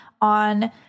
on